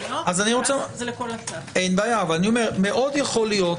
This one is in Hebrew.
אבל יש מוקמות שגם --- אני אומר שמאוד יכול להיות,